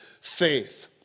faith